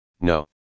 no